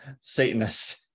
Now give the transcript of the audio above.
Satanist